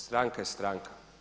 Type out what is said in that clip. Stranka je stranka.